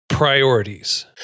priorities